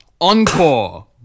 encore